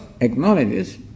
acknowledges